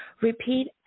repeat